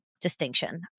distinction